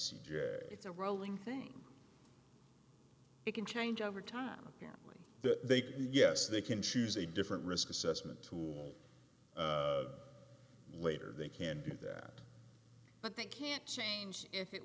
a rolling thing it can change over time apparently they can yes they can choose a different risk assessment tool later they can do that but they can't change if it